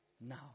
Now